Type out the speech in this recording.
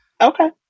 Okay